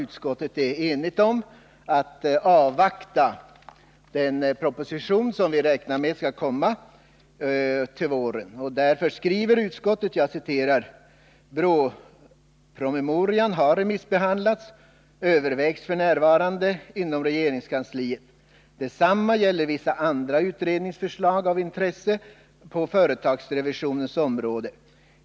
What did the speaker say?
Utskottet är alltså enigt om att avvakta den proposition som vi räknar med skall komma under våren. Därför skriver utskottet: ”BRÅ-promemorian har remissbehandlats och övervägs f. n. inom regeringskansliet. Detsamma gäller vissa andra utredningsförslag av intresse på företagsrevisionens område .